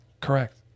Correct